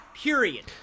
Period